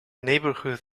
neighborhood